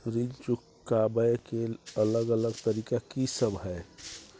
ऋण चुकाबय के अलग अलग तरीका की सब हय?